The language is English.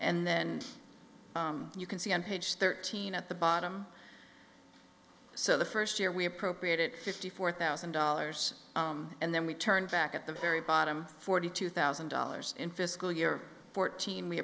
and then you can see on page thirteen at the bottom so the first year we appropriated fifty four thousand dollars and then we turned back at the very bottom forty two thousand dollars in fiscal year fourteen we